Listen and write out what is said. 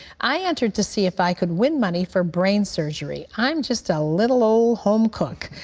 i entered to see if i could win money for brain surgery. i'm just a little old home cook.